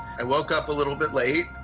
i woke up a little bit late.